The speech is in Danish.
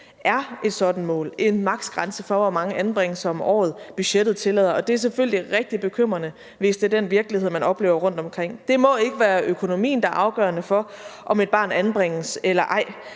er et sådant mål, en maksgrænse for, hvor mange anbringelser om året budgettet tillader. Og det er selvfølgelig rigtig bekymrende, hvis det er den virkelighed, man oplever rundtomkring. Det må ikke være økonomien, der er afgørende for, om et barn anbringes eller ej.